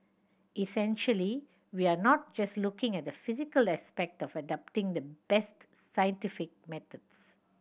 essentially we are not just looking at the physical aspect of adopting the best scientific methods